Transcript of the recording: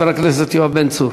חבר הכנסת יואב בן צור.